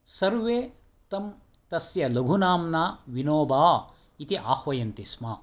सर्वे तं तस्य लघुनाम्ना विनोबा इति आह्वयन्ति स्म